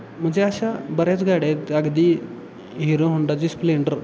म्हणजे अशा बऱ्याच गाड्या आहेत अगदी हिरो होंडाची स्प्लेंडर